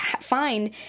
find